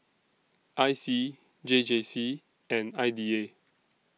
I C J J C and I D A